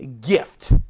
gift